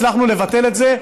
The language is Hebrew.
הצלחנו לבטל את זה.